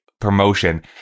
promotion